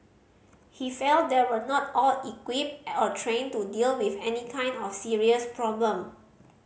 he felt they were not all equipped or trained to deal with any kind of serious problem